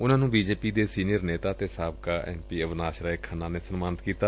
ਉਨੂਾ ਨੂੰ ਬੀਜੇਪੀ ਦੇ ਸੀਨੀਅਰ ਨੇਤਾ ਅਤੇ ਸਾਬਕਾ ਐਮ ਪੀ ਅਵਿਨਾਸ ਰਾਏ ਖੰਨਾ ਨੇ ਸਨਮਾਨਿਤ ਕੀਤਾ